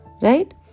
Right